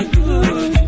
good